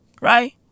Right